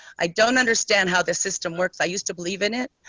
i don't understand how this system works. i used to believe in it.